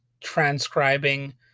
transcribing